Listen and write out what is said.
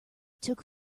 took